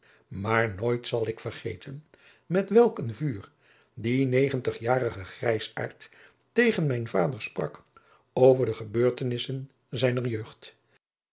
maar nooit zal ik vergeten met welk een vuur die negentigjarige grijsaard tegen mijn vader sprak over de gebeurtenissen zijner jeugd